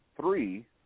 three